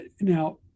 Now